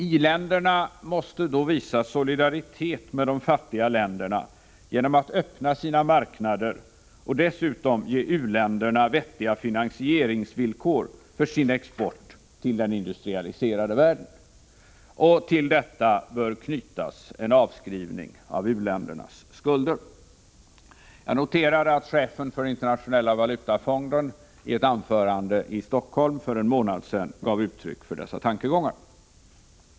I-länderna måste visa solidaritet med de fattiga länderna genom att öppna sina marknader och dessutom ge u-länderna vettiga finansieringsvillkor för sin export till den industrialiserade världen. Till detta bör knytas en avskrivning av u-ländernas skulder. Jag noterar att chefen för Internationella valutafonden i ett anförande i Stockholm för en månad sedan gav uttryck för dessa tankegångar.